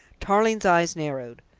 tarling's eyes narrowed.